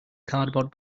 cardboard